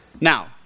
Now